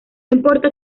importa